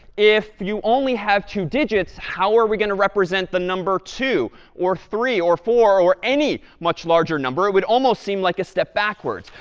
if you only have two digits, how are we going to represent the number two or three or four or any much larger number? it would almost seem like a step backwards.